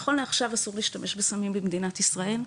נכון לעכשיו אסור להשתמש בסמים במדינת ישראל,